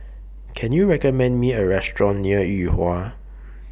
Can YOU recommend Me A Restaurant near Yuhua